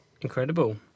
Incredible